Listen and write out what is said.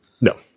No